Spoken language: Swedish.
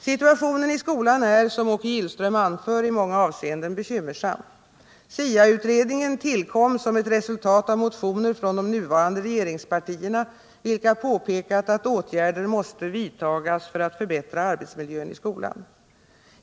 Situationen i skolan är, som Åke Gillström anför, i många avseenden bekymmersam. SIA-utredningen tillkom som ett resultat av motioner från de nuvarande regeringspartierna, vilka påpekat att åtgärder måste vidtas för att förbättra arbetsmiljön i skolan.